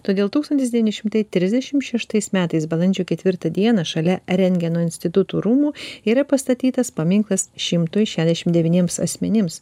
todėl tūkstantis devyni šimtai trisdešim šeštais metais balandžio ketvirtą dieną šalia rentgeno institutų rūmų yra pastatytas paminklas šimtui šešiasdešim devyniems asmenims